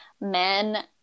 men